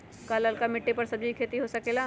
का लालका मिट्टी कर सब्जी के भी खेती हो सकेला?